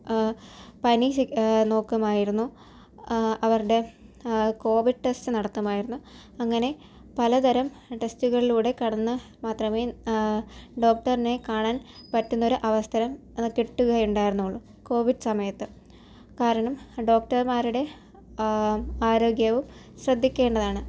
പനി നോക്കുമായിരുന്നു അവരുടെ കോവിഡ് ടെസ്റ്റ് നടത്തുമായിരുന്നു അങ്ങനെ പലതരം ടെസ്റ്റുകളിലൂടെ കടന്നാൽ മാത്രമേ ഡോക്ടറിനെ കാണാൻ പറ്റുന്നൊരു അവസരം കിട്ടുകയുണ്ടായിരുന്നുള്ളൂ കോവിഡ് സമയത്ത് കാരണം ഡോക്ടർമാരുടെ ആരോഗ്യവും ശ്രദ്ധിക്കേണ്ടതാണ്